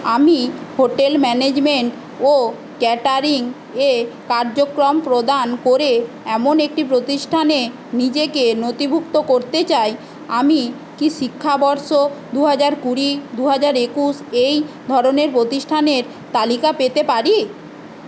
আমি hotel management ও catering এ কার্যক্রম প্রদান করে এমন একটি প্রতিষ্ঠানে নিজেকে নথিভুক্ত করতে চাই আমি কি শিক্ষাবর্ষ দু হাজার কুড়ি দু হাজার একুশ এই ধরণের প্রতিষ্ঠানের তালিকা পেতে পারি